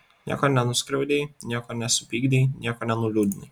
nieko nenuskriaudei nieko nesupykdei nieko nenuliūdinai